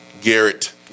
Garrett